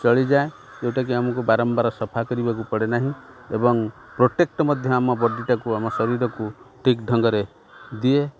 ଚଳିଯାଏ ଯେଉଁଟାକି ଆମକୁ ବାରମ୍ବାର ସଫା କରିବାକୁ ପଡ଼େ ନାହିଁ ଏବଂ ପ୍ରୋଟେକ୍ଟ ମଧ୍ୟ ଆମ ବଡ଼ିଟାକୁ ଆମ ଶରୀରକୁ ଠିକ୍ ଢ଼ଙ୍ଗରେ ଦିଏ